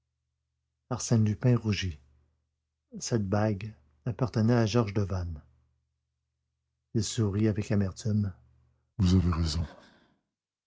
arsène lupin rougit cette bague appartenait à georges devanne il sourit avec amertume vous avez raison